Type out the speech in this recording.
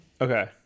okay